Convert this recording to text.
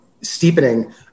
steepening